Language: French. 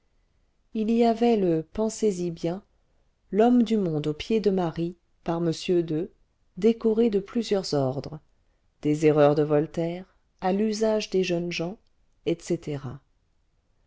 il y avait le pensez-y bien l'homme du monde aux pieds de marie par m de décoré de plusieurs ordres des erreurs de voltaire à l'usage des jeunes gens etc